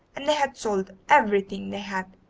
and they had sold everything they had,